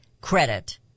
credit